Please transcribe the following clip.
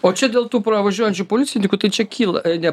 o čia dėl tų pravažiuojančių policininkų tai čia kyla ne